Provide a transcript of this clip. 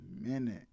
minute